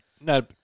no